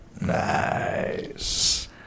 Nice